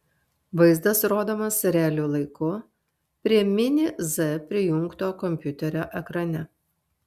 vaizdas rodomas realiu laiku prie mini z prijungto kompiuterio ekrane